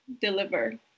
deliver